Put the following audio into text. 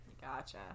Gotcha